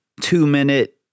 two-minute